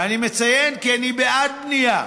ואני מציין כי אני בעד בנייה,